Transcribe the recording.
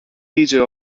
leader